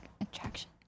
attraction